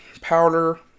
powder